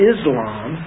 Islam